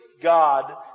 God